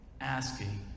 asking